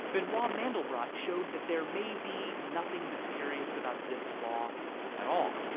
benoit um mandelbrot showed that there may be nothing mysterious about zipf's law at all,